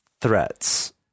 threats